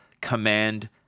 command